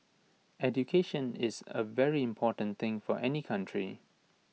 education is A very important thing for any country